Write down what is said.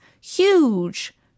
huge